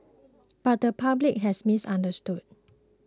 but the public has misunderstood